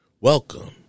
Welcome